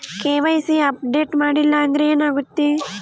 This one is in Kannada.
ಕೆ.ವೈ.ಸಿ ಅಪ್ಡೇಟ್ ಮಾಡಿಲ್ಲ ಅಂದ್ರೆ ಏನಾಗುತ್ತೆ?